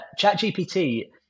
ChatGPT